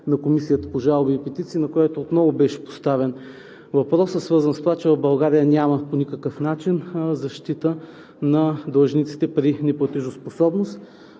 на Комисията по жалби и петиции, на която отново беше поставен въпросът, свързан с това, че в България няма по никакъв начин защита на длъжниците при неплатежоспособност.